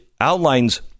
outlines